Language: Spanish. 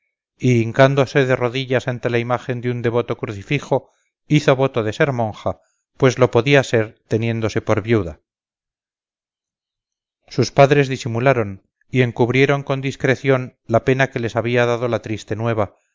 y hincándose de rodillas ante la imagen de un devoto crucifijo hizo voto de ser monja pues lo podía ser teniéndose por viuda sus padres disimularon y encubrieron con discreción la pena que les había dado la triste nueva